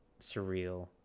surreal